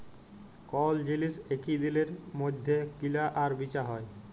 call জিলিস একই দিলের মইধ্যে কিলা আর বিচা হ্যয়